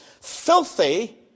Filthy